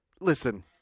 Listen